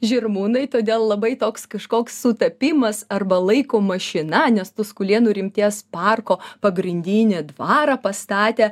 žirmūnai todėl labai toks kažkoks sutapimas arba laiko mašina nes tuskulėnų rimties parko pagrindinį dvarą pastatė